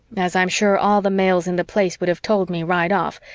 as i'm sure all the males in the place would have told me right off,